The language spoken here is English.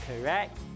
correct